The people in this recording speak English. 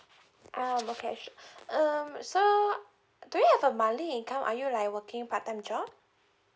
um okay um so do you have a monthly income are you like working part time job